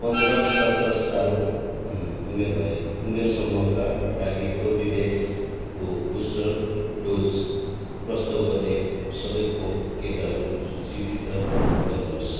पन्ध्र सत्र साल उमेर भएका उमेर समूहका लागि कोर्बेभ्याक्सको बुस्टर डोज प्रस्ताव गर्ने सबै खोप केन्द्रहरू सूचीबद्ध गर्नुहोस्